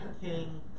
king